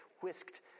whisked